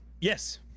yes